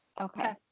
Okay